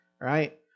Right